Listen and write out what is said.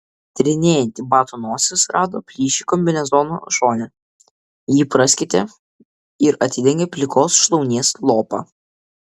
tyrinėjanti bato nosis rado plyšį kombinezono šone jį praskėtė ir atidengė plikos šlaunies lopą